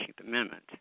Amendment